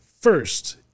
first